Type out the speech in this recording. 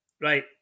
right